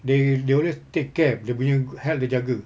they they always take care dia punya good health dia jaga